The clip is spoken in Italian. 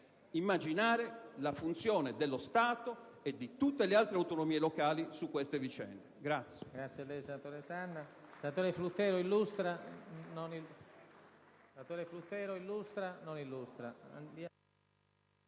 nell'immaginare la funzione dello Stato e di tutte le altre autonomie locali su queste vicende.